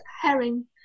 herring